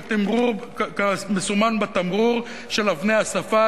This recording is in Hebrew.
בתמרור או בסימון על אבני השפה,